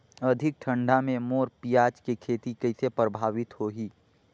अधिक ठंडा मे मोर पियाज के खेती कइसे प्रभावित होही?